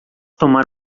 tomar